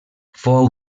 fou